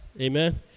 Amen